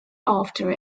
after